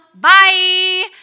bye